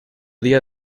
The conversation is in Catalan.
dia